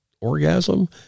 orgasm